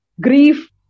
grief